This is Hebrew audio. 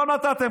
לא נתתם.